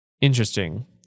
Interesting